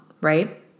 right